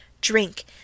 drink